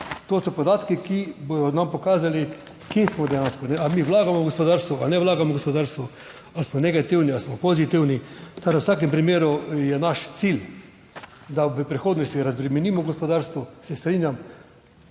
To so podatki, ki bodo nam pokazali, kje smo dejansko, ali mi vlagamo v gospodarstvo, ali ne vlagamo v gospodarstvo, ali smo negativni ali smo pozitivni. Torej v vsakem primeru je naš cilj, da v prihodnosti razbremenimo gospodarstvo. Se strinjam.